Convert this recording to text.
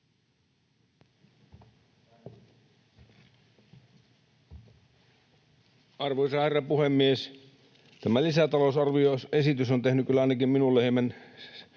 Arvoisa herra puhemies! Tämä lisätalousarvioesitys on tehnyt kyllä ainakin minulle hieman